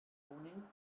unen